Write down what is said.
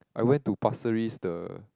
I went to pasir-ris the